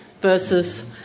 versus